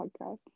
podcast